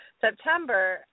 September